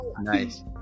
Nice